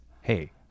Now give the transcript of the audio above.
Hey